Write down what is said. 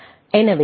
எனவே எல்